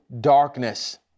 darkness